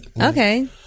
Okay